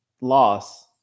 loss